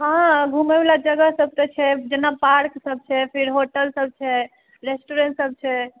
हँ घुमय वाला जगह सब तऽ छै जेना पार्क सब छै फेर होटल सब छै रेस्टुरेन्ट सब छै